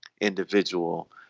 individual